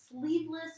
sleeveless